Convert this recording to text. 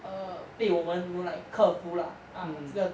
err 被我们 you know like 克服 lah ah 这个